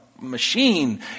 machine